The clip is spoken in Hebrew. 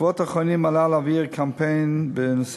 בשבועות האחרונים עלה לאוויר קמפיין בנושא